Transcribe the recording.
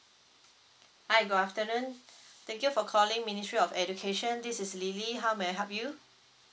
hi good afternoon thank you for calling ministry of education this is lily how may I help you